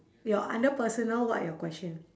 your under personal what are your question